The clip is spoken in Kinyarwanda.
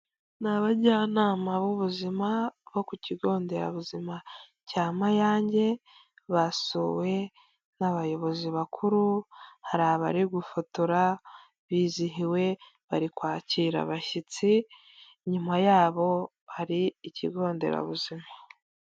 Ni abajyanama b'ubuzima bo ku kigo nderabuzima cya Mayange, basuwe n'abayobozi bakuru, hari abari gufotora bizihiwe, bari kwakira abashyitsi, inyuma yabo hari ikigo nderabuzima.